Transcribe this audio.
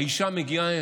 האישה מגיעה,